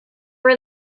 were